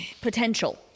potential